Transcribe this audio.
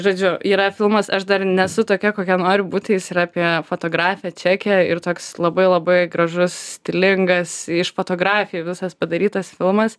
žodžiu yra filmas aš dar nesu tokia kokia noriu būt jis ir apie fotografę čekę ir toks labai labai gražus stilingas iš fotografijų visas padarytas filmas